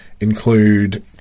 include